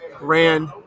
ran